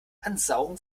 ansaugen